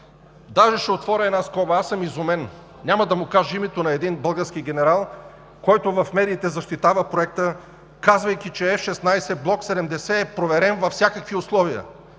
Ще отворя една скоба. Аз съм изумен – няма да кажа името на един български генерал, който в медиите защитава Проекта, казвайки, че F-16 Blok 70 е проверен във всякакви условия.